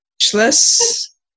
Speechless